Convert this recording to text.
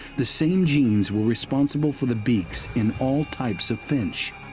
the same genes were responsible for the beaks in all types of finch.